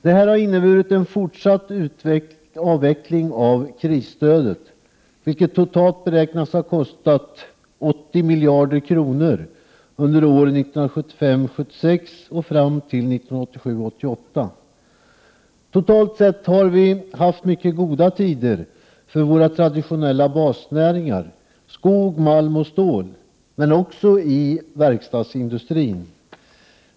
Detta har inneburit en fortsatt avveckling av krisstödet, vilket totalt beräknas ha kostat 80 miljarder kronor under åren 1975 88. Totalt sett har vi haft mycket goda tider för våra traditionella basnäringar skog, malm och stål men också i verkstadsindustrin.